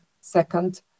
second